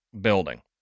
building